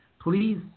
Please